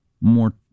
more